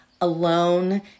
alone